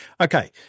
Okay